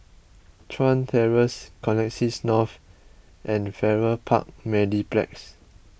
Chuan Terrace Connexis North and Farrer Park Mediplex